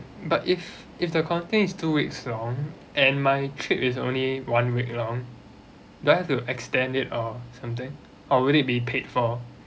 but if if the quarantine is two weeks long and my trip is only one week long do I have to extend it or something or would it be paid for